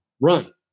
run